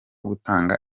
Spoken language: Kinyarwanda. gutanga